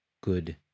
good